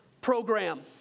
program